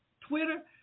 Twitter